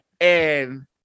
And-